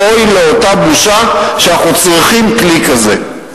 ואוי לאותה בושה שאנחנו צריכים כלי כזה.